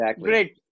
Great